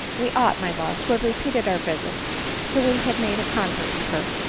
we ought, my love, to have repeated our visits till we had made a convert of her.